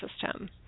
system